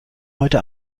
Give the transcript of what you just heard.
heute